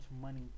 money